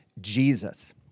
Jesus